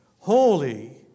Holy